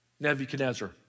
Nebuchadnezzar